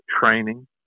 training